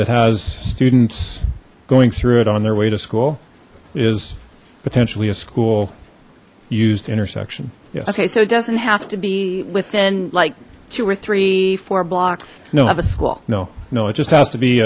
that has students going through it on their way to school is potentially a school used intersection okay so it doesn't have to be within like two or three four blocks no have a school no no it just has to be